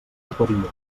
perillós